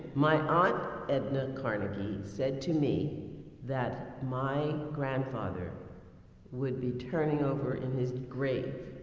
my aunt edna carnegie said to me that my grandfather would be turning over in his grave